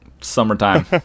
Summertime